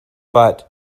but